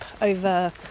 over